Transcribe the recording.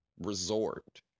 resort